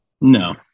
No